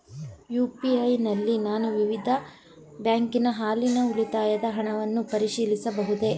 UPI ನಲ್ಲಿ ನಾನು ನನ್ನ ವಿವಿಧ ಬ್ಯಾಂಕಿನ ಹಾಲಿ ಉಳಿತಾಯದ ಹಣವನ್ನು ಪರಿಶೀಲಿಸಬಹುದೇ?